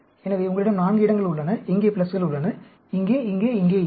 எனவே உங்களிடம் 4 இடங்கள் உள்ளன இங்கே பிளஸ்கள் உள்ளன இங்கே இங்கே இங்கே இங்கே